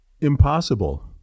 impossible